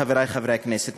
חברי חברי הכנסת,